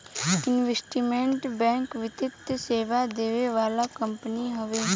investment bank वित्तीय सेवा देवे वाला कंपनी हवे